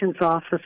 Office